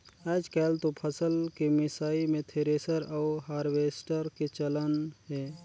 आयज कायल तो फसल के मिसई मे थेरेसर अउ हारवेस्टर के चलन हे